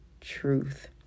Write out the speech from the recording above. truth